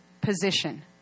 position